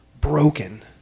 broken